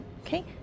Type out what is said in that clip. Okay